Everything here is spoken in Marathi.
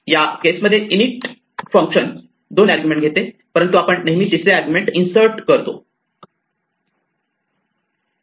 या केस मध्ये इन इट दोन आर्ग्यूमेंट घेते परंतु आपण नेहमी तिसरे आर्ग्युमेंट इन्सर्ट करतो